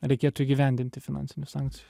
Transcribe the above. reikėtų įgyvendinti finansinių sankcijų